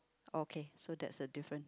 okay so that's a difference